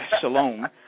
shalom